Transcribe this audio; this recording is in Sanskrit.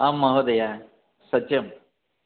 आम् महोदय सत्यं